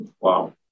Wow